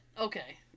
Okay